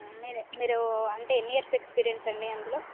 మీర మీరు అంటే ఎన్నీ ఇయర్స్ ఎక్స్పీరియన్స్ అండి అందులో